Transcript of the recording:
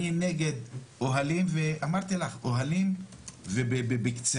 אני נגד אוהלים ואמרתי לך, אוהלים ובקציעות,